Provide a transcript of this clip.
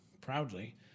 proudly